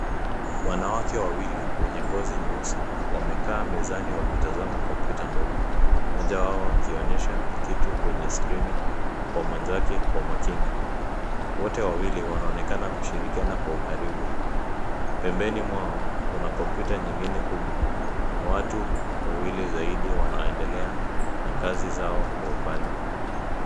Wanawake wawili wenye ngozi nyeusi wamekaa mezani wakitazama kompyuta ndogo mmoja wao akionesha kitu kwenye skrini kwa mwenzake kwa makini. Wote wawili wanaonekana kushirikiana kwa ukaribu. Pembeni mwao kuna kompyuta nyingine kubwa na watu wawili zaidi wanaoendelea na kazi zao kwa umbali.